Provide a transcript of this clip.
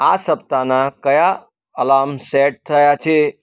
આ સપ્તાહના કયા અલાર્મ સેટ થયાં છે